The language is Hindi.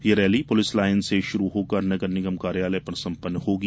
ये रैली पुलिस लाइन से शुरू होकर नगरनिगम कार्यालय पर सम्पन्न होगी